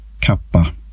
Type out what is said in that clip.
Kappa